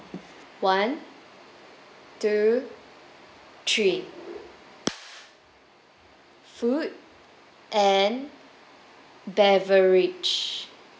one two three food and beverage